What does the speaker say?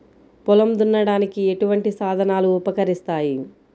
పొలం దున్నడానికి ఎటువంటి సాధనాలు ఉపకరిస్తాయి?